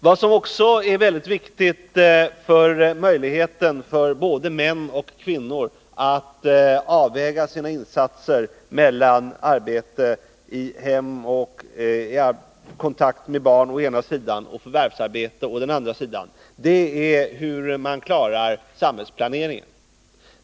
Vad som också är väldigt viktigt för möjligheten för både män och kvinnor att avväga sina insatser mellan arbete i hemmet och kontakt med barn å ena sidan och förvärvsarbete å andra sidan är hur man klarar samhällsplaneringen.